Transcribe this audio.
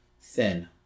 thin